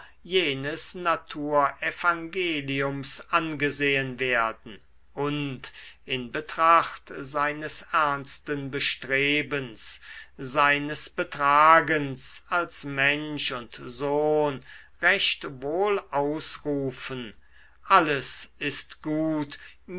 jenes naturevangeliums angesehen werden und in betracht seines ernsten bestrebens seines betragens als mensch und sohn recht wohl ausrufen alles ist gut